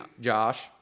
Josh